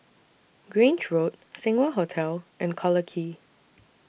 Grange Road Seng Wah Hotel and Collyer Quay